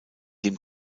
dem